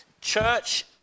Church